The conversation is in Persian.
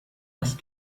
است